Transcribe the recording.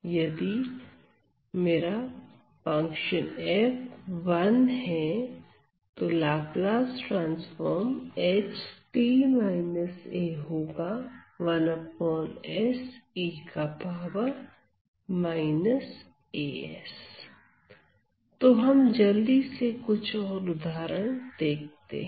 यदि तो हम जल्दी से कुछ और उदाहरण देखते हैं